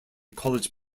college